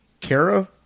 Kara